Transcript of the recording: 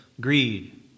greed